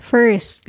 First